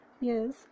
Yes